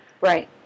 Right